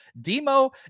Demo